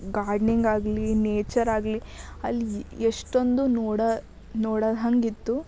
ಗಾರ್ಡ್ನಿಂಗಾಗಲಿ ನೇಚರಾಗಲಿ ಅಲ್ಲಿ ಎಷ್ಟೊಂದು ನೋಡ ನೋಡ ಹಂಗಿತ್ತು